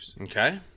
Okay